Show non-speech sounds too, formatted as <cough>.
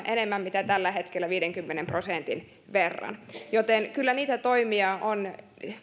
<unintelligible> enemmän mitä tällä hetkellä viidenkymmenen prosentin verran joten kyllä niitä toimia on